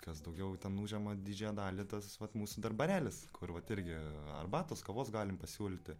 kas daugiau ten užima didžiąją dalį tas vat mūsų dar barelis kur vat irgi arbatos kavos galim pasiūlyti